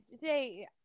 today